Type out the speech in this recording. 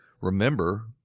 remember